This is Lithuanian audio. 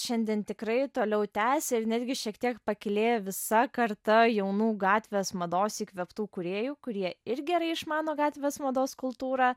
šiandien tikrai toliau tęsia ir netgi šiek tiek pakylėja visa karta jaunų gatvės mados įkvėptų kūrėjų kurie ir gerai išmano gatvės mados kultūrą